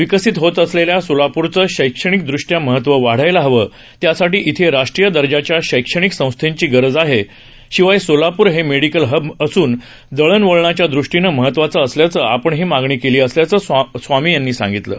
विकसित होत असलेल्या सोलाप्रचं शैक्षणिकदृष्ट्या महत्व वाढायला हवं त्यासाठी इथे राष्ट्रीय दर्जाच्या शैक्षणिक संस्थेची गरज आहे शिवाय सोलापूर हे मेडिकल हब असून दळणवळणाच्या ृष्टीनं महत्वाचं असल्यानं आपण ही मागणी केली असल्याचं महास्वामी यांनी म्हटलं आहे